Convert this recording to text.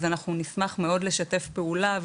אז אנחנו נשמח מאוד לשתף פעולה,